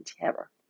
terror